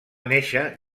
néixer